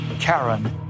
Karen